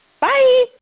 bye